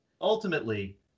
ultimately